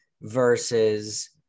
versus